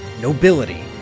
nobility